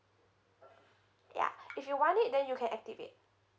ya if you want it then you can activate